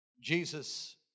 Jesus